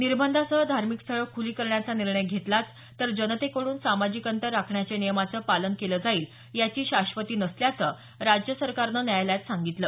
निर्बंधासह धार्मिक स्थळं ख्रली करण्याचा निर्णय घेतलाच तर जनतेकडून सामाजिक अंतर राखण्याच्या नियमाचं पालन केलं जाईल याची शाश्वती नसल्याचं राज्य सरकारनं न्यायालयात सांगितलं